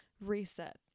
reset